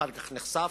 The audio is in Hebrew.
אחר כך נחשף.